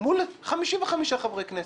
מול 55 חברי כנסת.